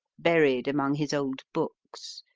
buried among his old books,